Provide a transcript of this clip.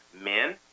men